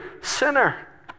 sinner